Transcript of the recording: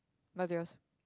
what's yours